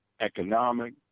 economic